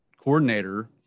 coordinator